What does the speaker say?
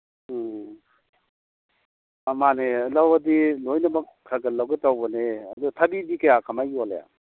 ꯎꯝ ꯃꯥꯅꯦ ꯂꯧꯔꯗꯤ ꯂꯣꯏꯅꯃꯛ ꯈꯔ ꯈꯔ ꯂꯧꯒꯦ ꯇꯧꯕꯅꯦ ꯑꯗꯨ ꯊꯕꯤꯗꯤ ꯀꯌꯥ ꯀꯃꯥꯏ ꯌꯣꯜꯂꯦ